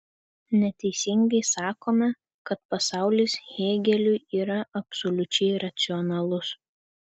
neteisingai sakome kad pasaulis hėgeliui yra absoliučiai racionalus